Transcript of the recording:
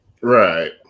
Right